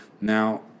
now